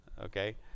Okay